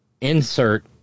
insert